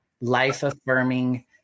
life-affirming